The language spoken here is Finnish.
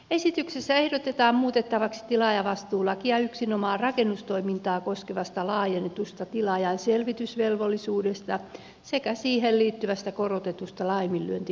esityksessä ehdotetaan muutettavaksi tilaajavastuulakia yksinomaan rakennustoimintaa koskevan laajennetun tilaajan selvitysvelvollisuuden sekä siihen liittyvän korotetun laiminlyöntimaksun osalta